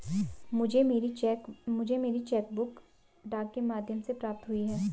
मुझे मेरी cheque book डाक के माध्यम से प्राप्त हुई है